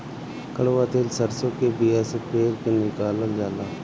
कड़ुआ तेल सरसों के बिया से पेर के निकालल जाला